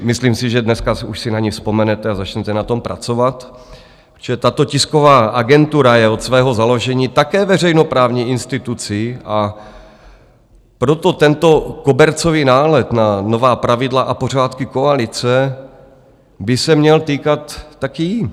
Myslím si, že dneska už si na ni vzpomenete a začnete na tom pracovat, protože tato tisková agentura je od svého založení také veřejnoprávní institucí, a proto tento kobercový nálet na nová pravidla a pořádky koalice by se měl týkat taky jí.